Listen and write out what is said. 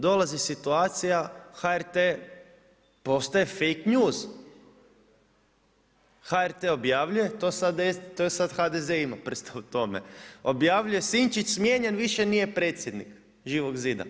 Dolazi situacija HRT postaje fake news, HRT objavljuje, to je sada HDZ imao prste u tome, objavljuje Sinčić smijenjen više nije predsjednik Živog zida.